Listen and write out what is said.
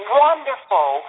wonderful